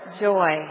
joy